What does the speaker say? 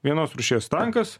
vienos rūšies tankas